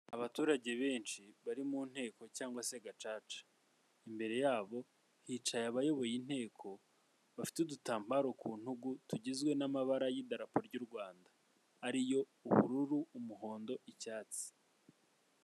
Abaturage benshi bari mu nteko cyangwa se gacaca. Imbere yabo hicaye abayoboye inteko, bafite udutambaro ku ntugu tugizwe n' amabara y'idarapo ry' URwanda ariyo: Ubururu, umuhondo, icyatsi.